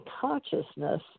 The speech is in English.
consciousness